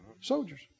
soldiers